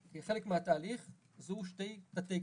כחלק מהתהליך זוהו שתי תתי קבוצות: